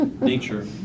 nature